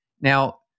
Now